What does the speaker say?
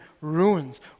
ruins